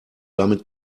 damit